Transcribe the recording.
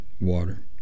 water